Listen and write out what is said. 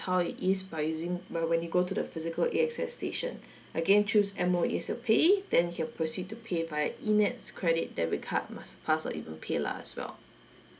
how it is by using where when you go to the physical A_X_S station again choose M_O_E as your payee then you can proceed to pay via E NETS credit debit card master pass or even pay lah as well